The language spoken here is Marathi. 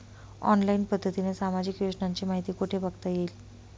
ऑनलाईन पद्धतीने सामाजिक योजनांची माहिती कुठे बघता येईल?